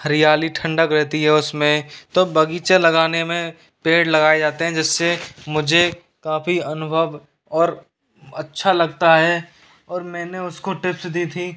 हरियाली ठंडक रहती है उसमें तो बगीचा लगाने में पेड़ लगाए जाते हैं जिससे मुझे काफ़ी अनुभव और अच्छा लगता है और मैंने उसको टिप्स दी थीं